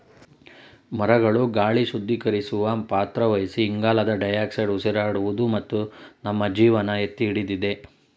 ಮರಗಳು ಗಾಳಿ ಶುದ್ಧೀಕರಿಸುವ ಪಾತ್ರ ವಹಿಸಿ ಇಂಗಾಲದ ಡೈಆಕ್ಸೈಡ್ ಉಸಿರಾಡುವುದು ಮತ್ತು ನಮ್ಮ ಜೀವನ ಎತ್ತಿಹಿಡಿದಿದೆ